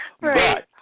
Right